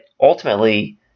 ultimately